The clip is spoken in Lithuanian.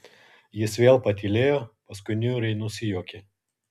jis vėl patylėjo paskui niūriai nusijuokė